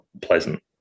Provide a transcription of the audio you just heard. pleasant